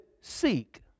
seek